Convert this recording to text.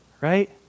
right